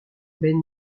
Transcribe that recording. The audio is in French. ben